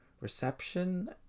reception